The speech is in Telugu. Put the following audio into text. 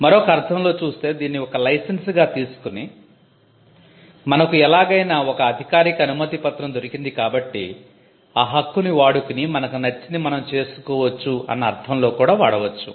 మరొక అర్ధంలో చూస్తే దీన్ని ఒక లైసెన్స్ గా తీసుకుని మనకు ఎలాగైనా ఒక అధికారిక అనుమతి పత్రం దొరికింది కాబట్టి ఆ హక్కుని వాడుకుని మనకు నచ్చింది మనం చేసుకోవచ్చు అన్న అర్ధంలో కూడా వాడవచ్చు